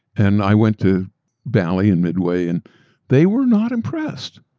and i went to bally and midway and they were not impressed,